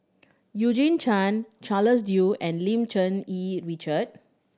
Eugene Chen Charles Dyce and Lim Cherng Yih Richard